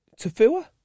Tafua